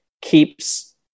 keeps